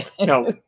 No